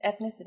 ethnicity